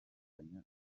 areruya